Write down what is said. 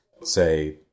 say